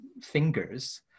fingers